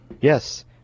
Yes